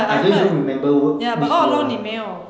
I don't even remember what which 的啦